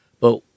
but-